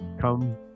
come